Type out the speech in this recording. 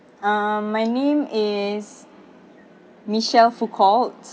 um my name is micel foucault